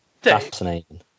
Fascinating